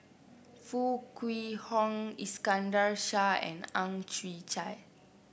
Foo Kwee Horng Iskandar Shah and Ang Chwee Chai